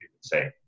say